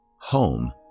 home